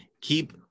keep